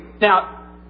Now